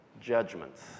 judgments